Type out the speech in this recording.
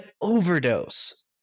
overdose